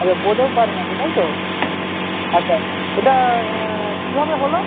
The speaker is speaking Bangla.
আচ্ছা বোর্ডেও কারেন্ট আছে তাই তো আচ্ছা এটা কীভাবে হলো